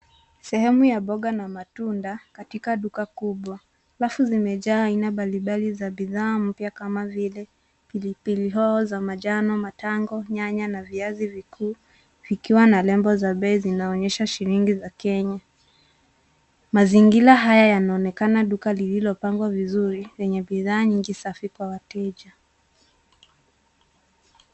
Sehemu ya mboga na matunda katika duka kubwa. Rafu zimejaa aina mbalimbali za bidhaa mpya kama vile pilipili hoho za manjano, matango, nyanya na viazi vikuu vikiwa na lebo za bei zinaonyesha shilingi za Kenya. Mazingira haya yanonekana duka lililopangwa vizuri lenye bidhaa nyingi safi kwa wateja.